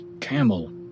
Camel